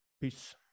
Peace